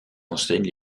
enseigne